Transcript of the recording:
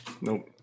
Nope